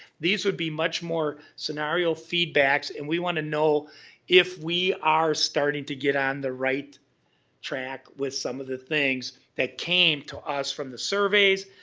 these would be much more scenario feedbacks and we want to know if we are starting to get on the right track with some of the things that came to us from the surveys.